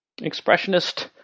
expressionist